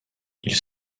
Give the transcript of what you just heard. ils